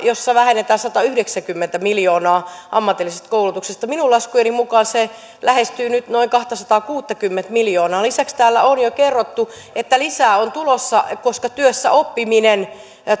jossa vähennetään satayhdeksänkymmentä miljoonaa ammatillisesta koulutuksesta minun laskujeni mukaan se lähestyy nyt noin kahtasataakuuttakymmentä miljoonaa lisäksi täällä on jo kerrottu että lisää on tulossa koska työssäoppiminen